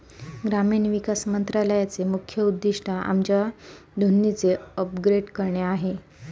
ग्रामीण विकास मंत्रालयाचे मुख्य उद्दिष्ट आमच्या दोन्हीचे अपग्रेड करणे आहे